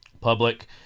public